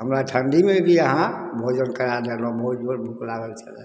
हमरा ठण्डीमे भी अहाँ भोजन करा देलहुॅं बहुत बहुत भुख लागल छलै